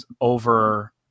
over